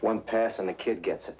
one pass and the kid gets